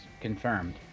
confirmed